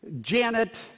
Janet